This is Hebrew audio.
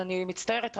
אני מצטערת,